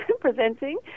Presenting